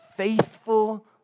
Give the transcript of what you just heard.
Faithful